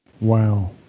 Wow